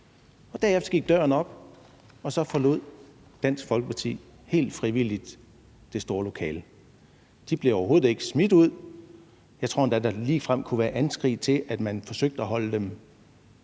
derefter gik døren op, og så forlod Dansk Folkeparti helt frivilligt det store lokale. De blev overhovedet ikke smidt ud. Jeg tror endda, at der ligefrem blev gjort anskrig, i forhold til at man forsøgte at holde dem